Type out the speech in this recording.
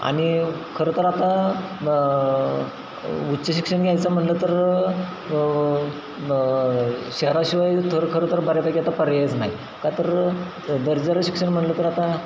आणि खरं तर आता उच्च शिक्षण घ्यायचं म्हटलं तर शहराशिवाय थर खरं तर बऱ्यापैकी आता पर्यायच नाही का तर दर्जाचं शिक्षण म्हटलं तर आता